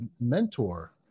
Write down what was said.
mentor